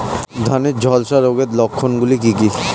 ধানের ঝলসা রোগের লক্ষণগুলি কি কি?